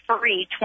free